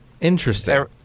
Interesting